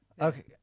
Okay